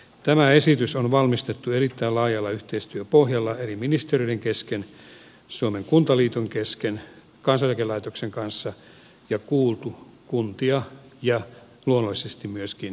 tämä esitys on valmisteltu erittäin laajalla yhteistyöpohjalla eri ministeriöiden kesken suomen kuntaliiton ja kansaneläkelaitoksen kanssa ja kuultu kuntia ja luonnollisesti myöskin järjestöjä